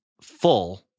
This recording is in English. full